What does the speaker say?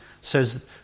says